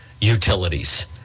utilities